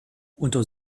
unter